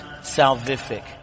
salvific